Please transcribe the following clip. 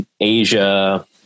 Asia